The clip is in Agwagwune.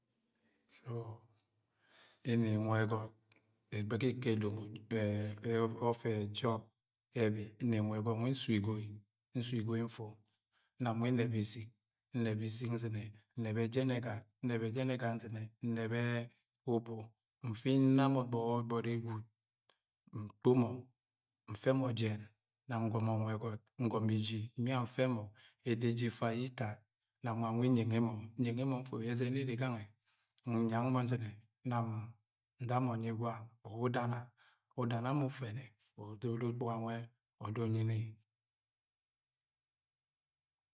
So, nni nwa ẹgọt ẹgbẹghẹ ikọ edomoni. Domo ga ofe jọp ẹbi nni nwa ẹgọt nwi nsu igọi. Nsu igoi nfu, nam nwa nnebẹ isɨg, nnẹbẹ isɨg nzɨnẹ, nnẹbẹ jẹn ẹgat. Nnẹbẹ jẹn ẹgat nzɨne, nnẹbẹ ubu. Nfi nna mọ gbọgbọri gwud, nkpomo, nfe mo jẹn, nam ngọmọ nwa ẹgọt, ngọmọ uji nbia nfẹ mọ. Eda eje ifa yẹ itad, nam nwa nwi nuẹnge mọ nuenge mọ nfu ẹzẹn yẹ ere gange, nuang mọ nzɨne, nam nda mọ nui gwam uwa udana. Udana mọ ufẹnẹ uru uda ukpuga nwe uda unyini.